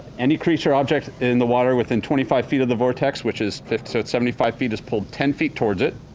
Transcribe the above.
any creature or object in the water within twenty five feet of the vortex, which is, so it's seventy feet, is pulled ten feet towards it.